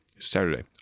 Saturday